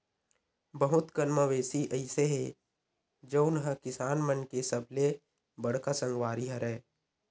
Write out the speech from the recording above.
बहुत कन मवेशी अइसे हे जउन ह किसान मन के सबले बड़का संगवारी हरय